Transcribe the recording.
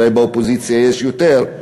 אולי באופוזיציה יש יותר,